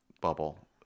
bubble